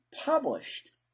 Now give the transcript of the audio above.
published